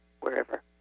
wherever